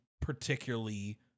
particularly